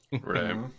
Right